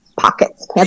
Pockets